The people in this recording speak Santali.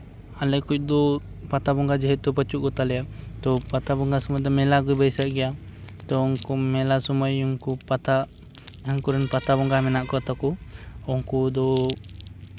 ᱟᱞᱮ ᱠᱚᱫᱚ ᱯᱟᱛᱟ ᱵᱚᱸᱜᱟ ᱡᱮᱦᱮᱛᱩ ᱯᱟᱹᱪᱩᱜ ᱠᱚᱛᱟ ᱞᱮᱭᱟ ᱛᱳ ᱯᱟᱛᱟ ᱵᱚᱸᱜᱟ ᱥᱚᱢᱚᱭ ᱫᱚ ᱢᱮᱞᱟ ᱜᱮ ᱵᱟᱹᱭᱥᱟᱹᱜ ᱜᱮᱭᱟ ᱛᱚ ᱩᱱᱠᱩ ᱢᱮᱞᱟ ᱥᱚᱢᱚᱭ ᱩᱱᱠᱩ ᱯᱟᱛᱟ ᱡᱟᱦᱟᱸᱭ ᱠᱚᱨᱮᱱ ᱯᱟᱛᱟ ᱵᱚᱸᱜᱟ ᱢᱮᱱᱟᱜ ᱠᱚᱛᱟ ᱠᱚ ᱩᱱᱠᱩ ᱫᱚ